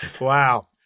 Wow